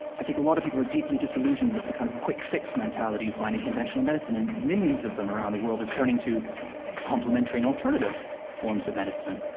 i think a lot of people are deeply disillusioned with the kind of quick-fix mentality you find in conventional medicine. and millions of them around the world are turning to complementary and alternative forms of medicine,